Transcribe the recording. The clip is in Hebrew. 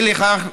אי לכך,